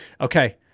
Okay